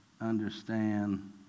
understand